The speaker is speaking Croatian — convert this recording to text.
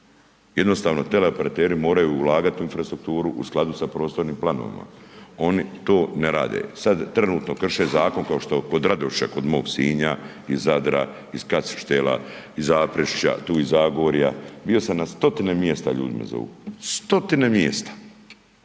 Jednostavno teleoperateri moraju ulagati u infrastrukturu, u skladu sa prostornim planovima. Oni to ne rade, sad trenutno kreše zakon, kao što …/Govornik se ne razumije./…, kod mog Sinja iz Zadra iz …/Govornik se ne razumije./… iz Zaprešića, tu iz Zagorja, bio sam na stotine mjesta, ljudi me zovu, stotine mjesta